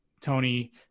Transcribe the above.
tony